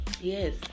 yes